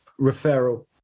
referral